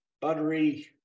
buttery